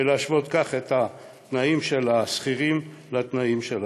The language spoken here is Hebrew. וכך להשוות את התנאים של השכירים לתנאים של העצמאים.